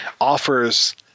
offers